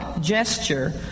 gesture